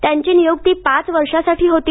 त्यांची नियुक्ती पाच वर्षांसाठी होती